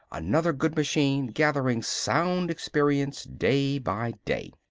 another good machine, gathering sound experience day by day.